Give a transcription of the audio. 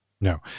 No